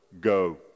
go